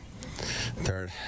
third